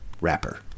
rapper